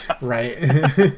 Right